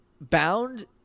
Bound